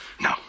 No